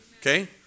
Okay